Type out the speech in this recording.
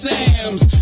Sam's